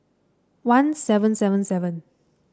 one seven seven seven